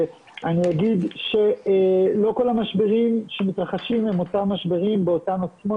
אני אומר שלא כל המשברים שמתרחשים הם אותם משברים באותן עוצמות.